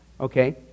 okay